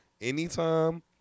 Anytime